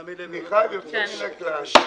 תודה מיכל, אני אתייחס לזה גם.